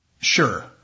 Sure